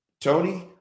Tony